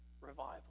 revival